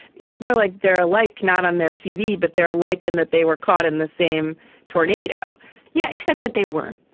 it's more like they're ah like not on their cv but they're like in that they were caught in the same tornado yeah except that they weren't.